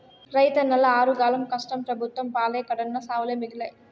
రైతన్నల ఆరుగాలం కష్టం పెబుత్వం పాలై కడన్నా సావులే మిగిలాయి